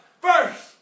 first